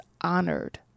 honored